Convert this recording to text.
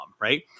Right